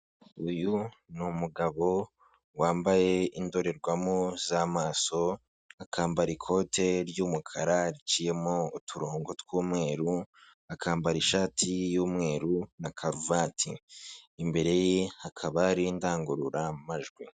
Uyu ni umugabo wambaye indorerwamo z'amaso, akambara ikote ry'umukara riciyemo uturongo tw'umweru, akambara ishati y'umweru na karuvati. Imbere ye hakaba hari indangururamajwi.